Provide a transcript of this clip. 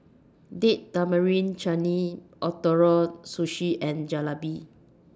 Date Tamarind Chutney Ootoro Sushi and Jalebi